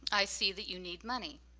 i see that you need money.